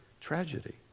tragedy